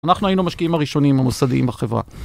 אנחנו היינו המשקיעים הראשונים המוסדיים בחברה.